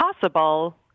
possible